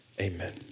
Amen